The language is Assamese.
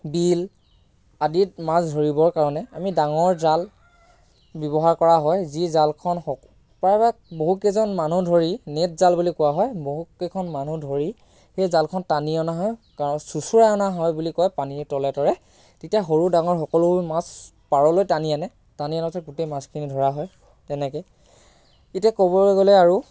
বিল আদিত মাছ ধৰিবৰ কাৰণে আমি ডাঙৰ জাল ব্যৱহাৰ কৰা হয় যি জালখন সক প্ৰায়ভাগ বহুকেইজন মানুহ ধৰি নেট জাল বুলি কোৱা হয় বহুকেইখন মানুহ ধৰি সেই জালখন টানি অনা হয় কাৰণ চোঁচৰাই অনা হয় বুলি কয় পানীৰ তলে তলে তেতিয়া সৰু ডাঙৰ সকলোবোৰ মাছ পাৰলৈ টানি আনে টানি আনোতে গোটেই মাছখিনি ধৰা হয় তেনেকৈ এতিয়া ক'বলৈ গ'লে আৰু